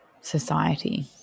society